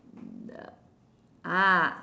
ah